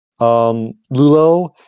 Lulo